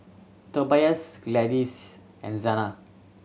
Tobias Gladyce and Zana